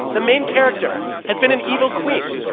the main character has been an evil queen.